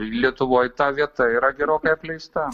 lietuvoj ta vieta yra gerokai apleista